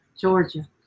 Georgia